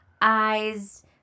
eyes